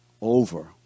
over